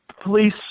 police